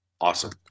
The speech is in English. Awesome